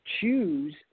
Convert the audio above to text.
choose